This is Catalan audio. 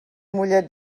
mollet